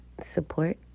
support